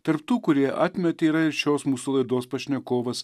tarp tų kurie atmetė yra ir šios mūsų laidos pašnekovas